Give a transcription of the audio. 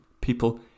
people